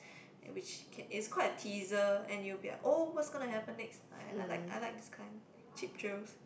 which can is quite a teaser and you will be like oh what's gonna happen next I I like I like this kind cheap thrills